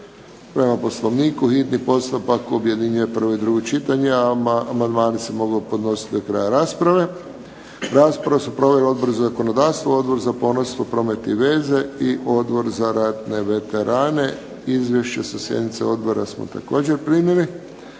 Prema Poslovniku hitni postupak objedinjuje prvo i drugo čitanje. Amandmani se mogu podnositi do kraja rasprave. Raspravu su proveli Odbor za zakonodavstvo, Odbor za pomorstvo, promet i veze i Odbor za ratne veterane. Izvješće sa sjednice odbora smo također primili.